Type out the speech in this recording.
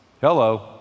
Hello